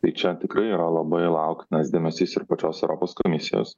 tai čia tikrai yra labai lauktinas dėmesys ir pačios europos komisijos